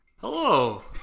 Hello